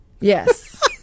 Yes